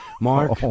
Mark